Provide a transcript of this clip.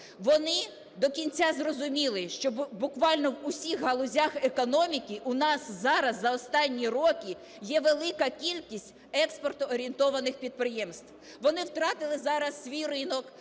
вони до кінця зрозуміли, що буквально в усіх галузях економіки у нас зараз за останні роки є велика кількість експортно-орієнтованих підприємств. Вони втратили зараз свій ринок,